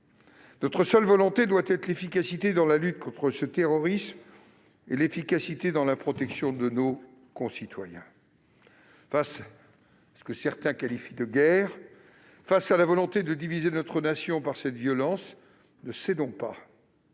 Notre seule volonté doit être l'efficacité dans la lutte contre ce terrorisme et dans la protection de nos concitoyens. Face à ce que certains qualifient de « guerre », face à la volonté de diviser notre nation par cette violence, ne cédons pas.